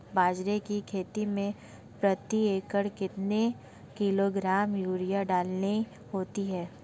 बाजरे की खेती में प्रति एकड़ कितने किलोग्राम यूरिया डालनी होती है?